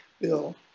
Bill